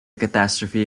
catastrophe